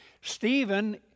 stephen